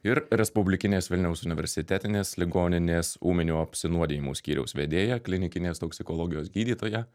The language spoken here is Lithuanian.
ir respublikinės vilniaus universitetinės ligoninės ūminių apsinuodijimų skyriaus vedėja klinikinės toksikologijos gydytoja